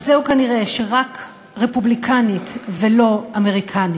אז זהו, כנראה, רק רפובליקנית ולא אמריקנית.